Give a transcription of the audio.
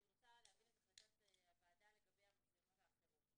אני רוצה להבין את החלטת הוועדה לגבי המצלמות האחרות.